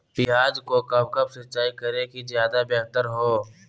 प्याज को कब कब सिंचाई करे कि ज्यादा व्यहतर हहो?